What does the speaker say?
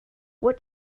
what